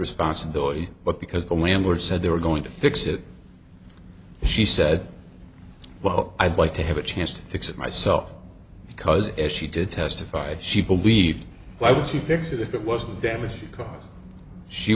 responsibility but because the landlord said they were going to fix it she said well i'd like to have a chance to fix it myself because as she did testified she believed why would she fix it if it wasn't damaged